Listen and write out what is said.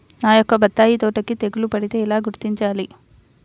నా యొక్క బత్తాయి తోటకి తెగులు పడితే ఎలా గుర్తించాలి?